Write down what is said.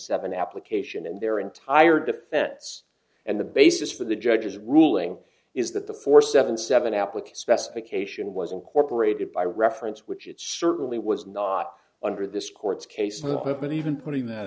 seven application and their entire defense and the basis for the judge's ruling is that the four seven seven applicant specification was incorporated by reference which it certainly was not under this court's case up and even putting that